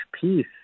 peace